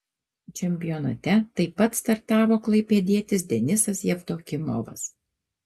čempionate taip pat startavo klaipėdietis denisas jevdokimovas